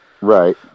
Right